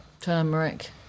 Turmeric